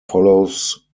follows